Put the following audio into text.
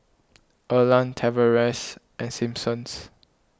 Erland Tavares and Simpson's